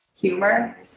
Humor